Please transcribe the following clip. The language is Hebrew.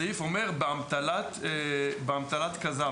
הסעיף אומר "באמתלת כזב",